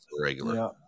regular